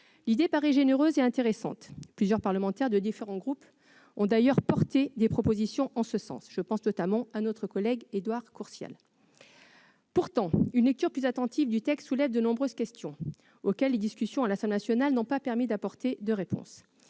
L'idée paraît généreuse et intéressante. Plusieurs parlementaires de différents groupes ont d'ailleurs porté des propositions en ce sens- je pense notamment à notre collègue Édouard Courtial. Pourtant, une lecture plus attentive du texte soulève de nombreuses questions auxquelles les discussions qui ont eu lieu à l'Assemblée nationale n'ont pas permis d'apporter de réponses.